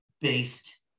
based